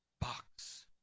box